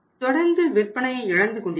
தொடர்ந்து விற்பனையை இழந்து கொண்டிருக்கிறது